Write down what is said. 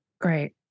great